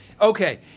Okay